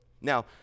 Now